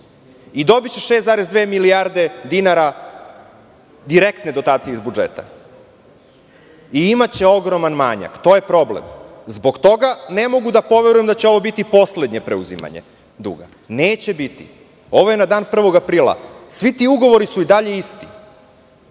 i dobiće 6,2 milijarde dinara direktne dotacije iz budžeta i imaće ogroman manjak. To je problem. Zbog toga ne mogu da poverujem da će ovo biti poslednje preuzimanje duga. Neće biti. Ovo je na dan 1. aprila. Svi ti ugovori su i dalje isti.